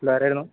hello ആരായിരുന്നു